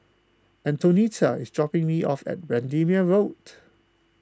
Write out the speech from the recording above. Antonetta is dropping me off at Bendemeer Road